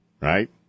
right